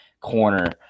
corner